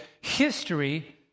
history